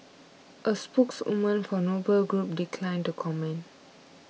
a spokeswoman for Noble Group declined to comment